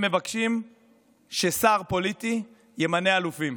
הם מבקשים ששר פוליטי ימנה אלופים.